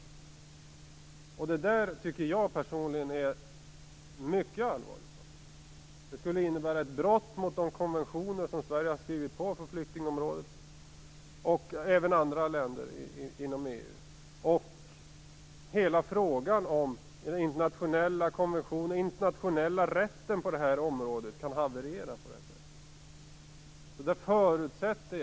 Det tycker jag personligen är mycket allvarligt. Det skulle innebära ett brott mot de konventioner på flyktingområdet som Sverige och även andra länder inom EU har skrivit på. Hela frågan om den internationella rätten på det här området kan haverera på det sättet.